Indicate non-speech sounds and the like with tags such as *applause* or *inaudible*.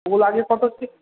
ওগুলো আগে কত *unintelligible*